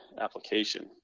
application